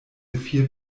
vier